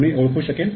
कोणी ओळखू शकेल